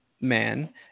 man